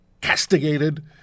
castigated